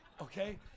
Okay